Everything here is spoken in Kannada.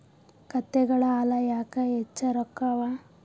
ಕತ್ತೆಗಳ ಹಾಲ ಯಾಕ ಹೆಚ್ಚ ರೊಕ್ಕ ಅವಾ?